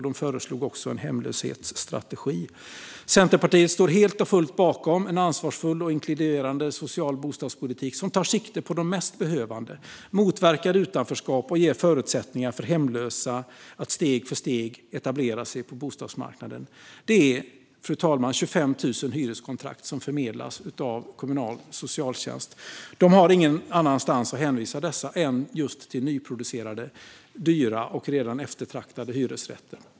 De föreslog också en hemlöshetsstrategi. Centerpartiet står helt och fullt bakom en ansvarsfull och inkluderande social bostadspolitik som tar sikte på de mest behövande, motverkar utanförskap och ger förutsättningar för hemlösa att steg för steg etablera sig på bostadsmarknaden. Det är, fru talman, 25 000 hyreskontrakt som förmedlas av kommunal socialtjänst. De har ingen annanstans att hänvisa dessa än till nyproducerade, dyra och redan eftertraktade hyresrätter.